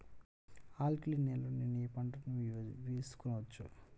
Alkaline నేలలో నేనూ ఏ పంటను వేసుకోవచ్చు?